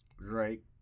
Drake